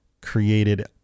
Created